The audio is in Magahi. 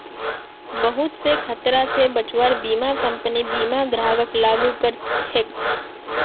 बहुत स खतरा स बचव्वार बीमा कम्पनी बीमा ग्राहकक लागू कर छेक